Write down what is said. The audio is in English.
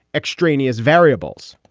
extraneous variables.